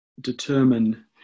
determine